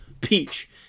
peach